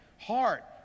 heart